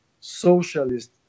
socialist